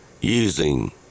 using